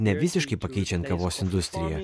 nevisiškai pakeičiant kavos industriją